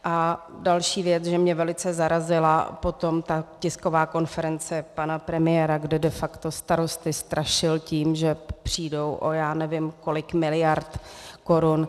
A další věc, že mě velice zarazila potom ta tisková konference pana premiéra, kde de facto starosty strašil tím, že přijdou o nevím kolik miliard korun.